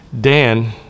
dan